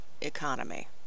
economy